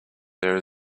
there